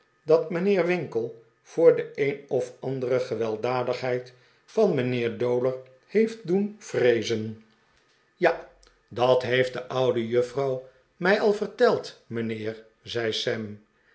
dat mijnheer winkle voor de een of andere gewelddadigheid van mijnheer dowler heeft doen vreezen ja dat heeft de oude juffrouw mij al verteld mijnheer zei